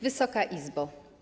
Wysoka Izbo!